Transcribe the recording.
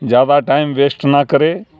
زیادہ time waste نہ کرے